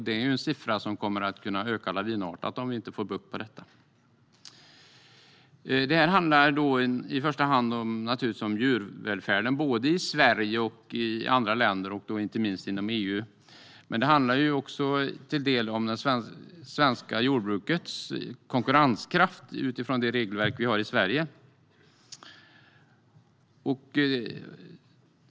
Det är en siffra som kommer att kunna öka lavinartat om vi inte får bukt med detta. Det handlar i första hand om djurvälfärden både i Sverige och i andra länder och då inte minst inom EU. Men det handlar också till del om det svenska jordbrukets konkurrenskraft utifrån det regelverk vi har i Sverige.